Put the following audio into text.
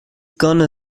gonna